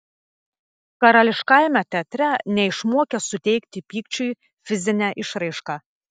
karališkajame teatre neišmokė suteikti pykčiui fizinę išraišką